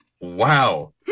Wow